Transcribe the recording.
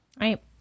Right